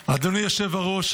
היושב-ראש,